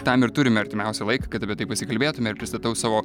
tam ir turime artimiausią laiką kad apie tai pasikalbėtume ir pristatau savo